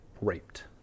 raped